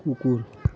कुकुर